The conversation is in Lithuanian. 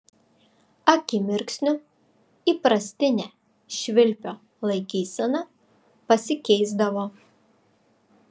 akimirksniu įprastinė švilpio laikysena pasikeisdavo